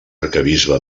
arquebisbe